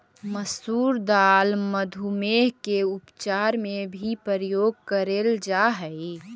मसूर दाल मधुमेह के उपचार में भी प्रयोग करेल जा हई